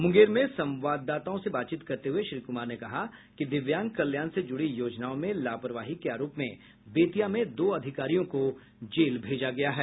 मुंगेर में संवाददाताओं से बातचीत करते हुए श्री कुमार ने कहा कि दिव्यांग कल्याण से जुड़ी योजनाओं में लापरवाही के आरोप में बेतिया में दो अधिकारियों को जेल भेजा गया है